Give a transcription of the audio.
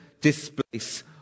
displace